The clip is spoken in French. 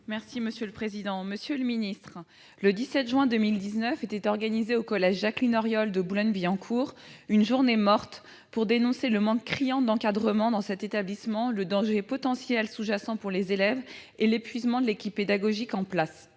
Monsieur le secrétaire d'État, le 17 juin 2019 était organisée au collège Jacqueline-Auriol de Boulogne-Billancourt une journée morte pour dénoncer le manque criant d'encadrement dans cet établissement, le danger potentiel sous-jacent pour les élèves et l'épuisement de l'équipe pédagogique en place.